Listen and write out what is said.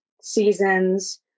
seasons